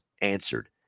answered